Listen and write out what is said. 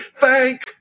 thank